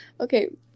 Okay